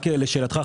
רק לשאלתך,